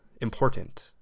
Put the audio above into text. important